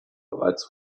bereits